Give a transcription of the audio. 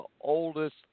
oldest